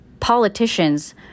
politicians